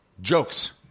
jokes